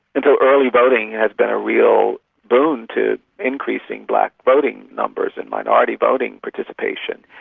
and so early voting has been a real boon to increasing black voting numbers and minority voting participation.